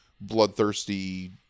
bloodthirsty